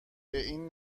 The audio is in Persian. این